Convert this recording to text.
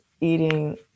eating